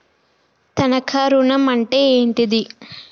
తనఖా ఋణం అంటే ఏంటిది?